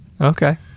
Okay